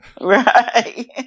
Right